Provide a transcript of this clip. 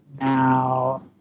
now